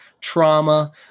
trauma